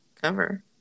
cover